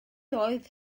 oedd